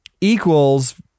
equals